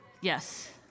Yes